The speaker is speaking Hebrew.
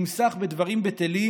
אם שח בדברים בטלים,